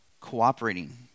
cooperating